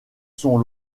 sont